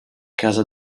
casa